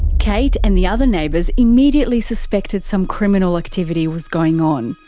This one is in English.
kate and the other neighbours immediately suspected some criminal activity was going on.